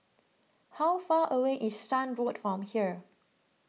how far away is Shan Road from here